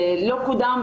זה לא קודם,